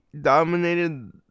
dominated